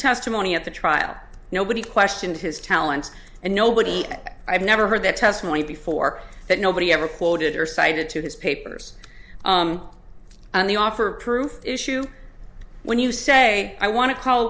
testimony at the trial nobody questioned his talent and nobody i've never heard that testimony before that nobody ever quoted or cited to his papers and the offer proof issue when you say i want to call a